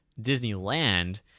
Disneyland